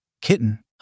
Kitten